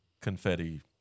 confetti